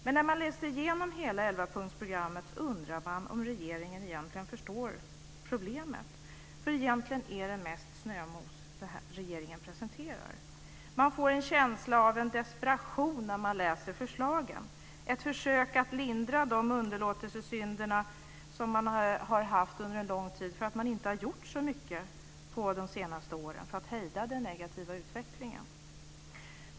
Men när man läst igenom hela elvapunktsprogrammet undrar man om regeringen förstår problemet, för egentligen är det mest snömos som regeringen presenterar. Man får en känsla av en desperation när man läser förslagen, som av ett försök att lindra underlåtelsesynder under en lång tid. Man har inte gjort så mycket under de senaste åren för att hindra den negativa utvecklingen.